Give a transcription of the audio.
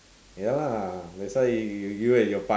ya lah that's why you you you you and your part~